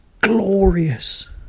glorious